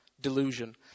delusion